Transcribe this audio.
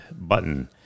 button